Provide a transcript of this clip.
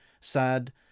sad